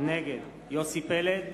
נגד יוסי פלד,